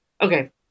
Okay